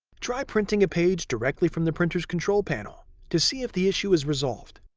try printing a page directly from the printer's control panel to see if the issue is resolved.